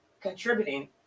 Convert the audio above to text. contributing